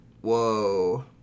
Whoa